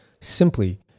simply